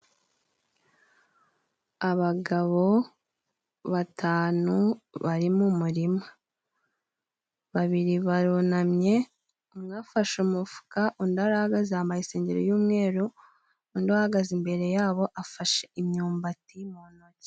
Abagabo batanu bari mu umurima. Babiri barunamye, umwe afashe umufuka, undi arahagaze yambaye isengeri y'umweru, undi ahagaze imbere yabo afashe imyumbati mu ntoki.